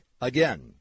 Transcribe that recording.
Again